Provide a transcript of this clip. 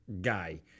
guy